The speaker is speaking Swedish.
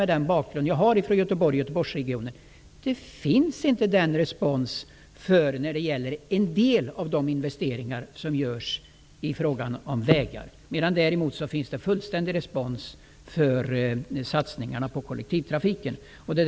Med den bakgrund jag har från Göteborg och Göteborgsregionen kan jag konstatera att det inte finns respons för en del av de investeringar som görs när det gäller vägar. Däremot finns det fullständig respons när det gäller satsningarna på kollektivtrafiken.